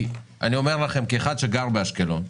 אני אומר לכם כמי שגר באשקלון,